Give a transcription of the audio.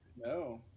no